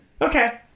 Okay